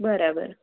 બરાબર